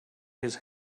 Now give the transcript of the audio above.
his